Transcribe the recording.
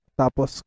tapos